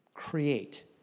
create